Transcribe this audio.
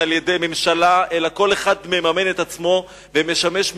על-ידי ממשלה אלא כל אחד מממן את עצמו ומשמש מגדל,